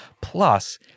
Plus